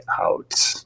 out